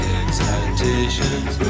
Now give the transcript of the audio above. excitations